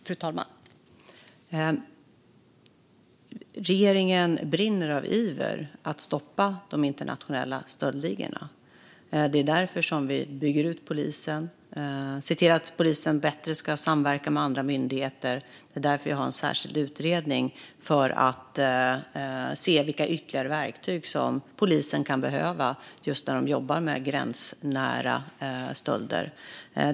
Fru talman! Regeringen brinner av iver att stoppa de internationella stöldligorna. Det är därför som vi bygger ut polisen och ser till att polisen ska samverka bättre med andra myndigheter. Det är därför vi har en särskild utredning för att se vilka ytterligare verktyg som polisen kan behöva när den jobbar med gränsnära stölder.